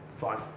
fine